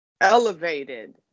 elevated